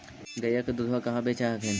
गईया के दूधबा कहा बेच हखिन?